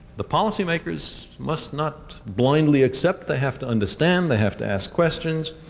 the policy makers must not blindly accept. they have to understand, they have to ask questions.